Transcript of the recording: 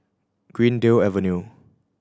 Greendale Avenue